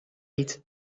niet